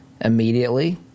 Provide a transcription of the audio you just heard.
immediately